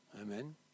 Amen